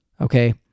Okay